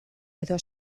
edo